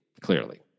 clearly